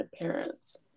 parents